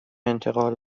انتقال